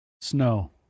Snow